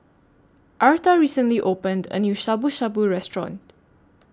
Arta recently opened A New Shabu Shabu Restaurant